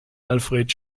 alfred